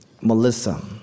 Melissa